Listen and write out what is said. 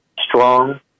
strong